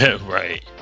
Right